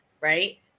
right